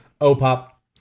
O-Pop